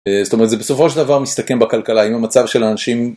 זאת אומרת זה בסופו של דבר מסתכם בכלכלה עם המצב של אנשים...